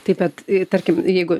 taip bet tarkim jeigu